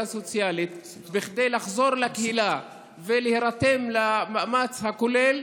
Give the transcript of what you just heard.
סוציאלית כדי לחזור לקהילה ולהירתם למאמץ הכולל,